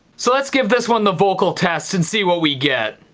so let's give this one the vocal test and see what we get.